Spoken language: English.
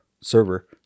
server